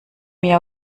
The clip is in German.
mir